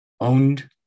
owned